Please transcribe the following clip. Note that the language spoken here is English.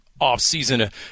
offseason